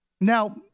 now